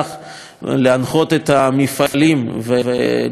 להנחות את המפעלים ואת הגופים שמחזיקים